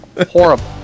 Horrible